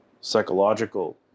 psychological